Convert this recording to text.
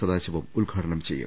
സദാശിവം ഉദ്ഘാടനം ചെയ്യും